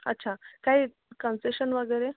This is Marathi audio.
अच्छा काही कन्सेशन वगैरे